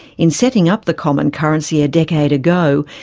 in setting up the common currency a decade ago,